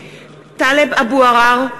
(קוראת בשמות חברי הכנסת) טלב אבו עראר,